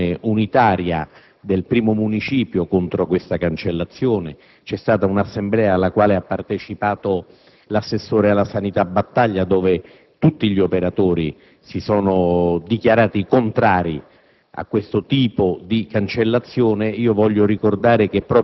La cancellazione di un ospedale vuol dire la presa di posizione unitaria del I Municipio contro tale cancellazione. C'è stata un'assemblea, cui ha partecipato l'assessore alla sanità Battaglia, dove tutti gli operatori si sono dichiarati contrari